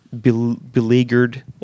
beleaguered